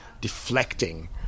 deflecting